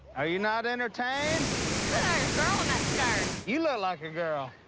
are you not entertained? you look like a girl in that skirt. you look like a girl.